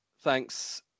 Thanks